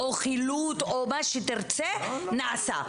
חילוט או מה שתרצה נעשו?